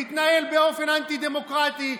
להתנהל באופן אנטי-דמוקרטי,